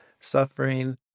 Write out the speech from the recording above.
Suffering